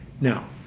now